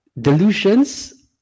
delusions